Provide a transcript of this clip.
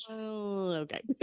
Okay